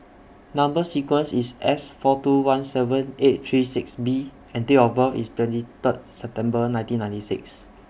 Number sequence IS S four two one seven eight three six B and Date of birth IS twenty thrid September nineteen ninety six